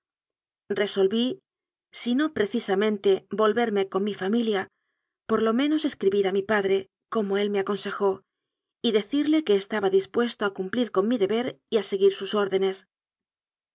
resolví si no precisa mente volverme con mi familia por lo menos es cribir a mi padre como él me aconsejó y decirle que estaba dispuesto a cumplir con mi deber y a seguir sus órdenes